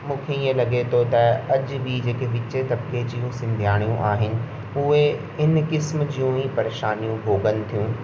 मूंखे इएं लॻे थो त अॼु बि जेके विचे तबिके जूं सिंधियाणियूं आहिनि उहे इन क़िस्म जूं ई परेशानियूं भोगनि थियूं